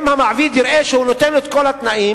אם המעביד יראה שהוא נותן לו את כל התנאים,